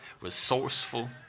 resourceful